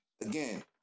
Again